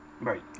Right